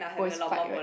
always fight right